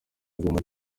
guma